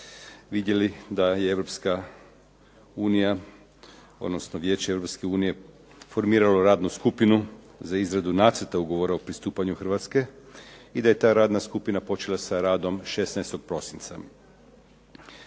Vijeće Europske unije formiralo radnu skupinu za izradu nacrta ugovora o pristupanju Hrvatske i da je ta radna skupna počela sa radom 16. prosinca.